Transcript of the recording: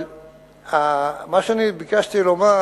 אבל מה שאני ביקשתי לומר